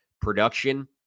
production